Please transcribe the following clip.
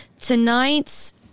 tonight's